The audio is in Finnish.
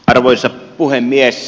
arvoisa puhemies